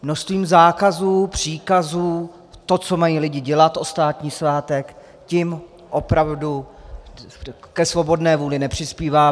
Množství zákazů a příkazů, toho, co mají lidi dělat o státní svátek, opravdu ke svobodné vůli nepřispívá.